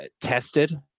tested